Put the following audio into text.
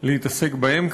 להתעסק בהם כרגע,